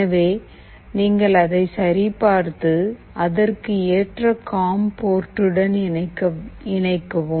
எனவே நீங்கள் அதை சரிபார்த்து அதற்கு ஏற்ற காம் போர்ட்டுடன் இணைக்கவும்